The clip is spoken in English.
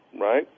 right